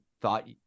thought